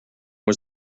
was